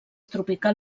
tropical